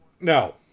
No